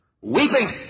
weeping